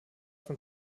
von